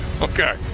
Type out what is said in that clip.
Okay